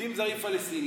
עובדים זרים פלסטינים.